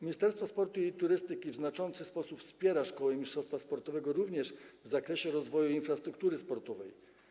Ministerstwo Sportu i Turystyki w znaczący sposób wspiera szkoły mistrzostwa sportowego również w zakresie rozwoju infrastruktury sportowej.